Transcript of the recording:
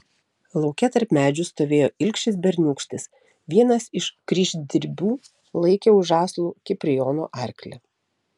lauke tarp medžių stovėjo ilgšis berniūkštis vienas iš kryždirbių laikė už žąslų kiprijono arklį